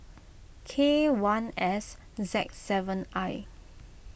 K one S Z seven I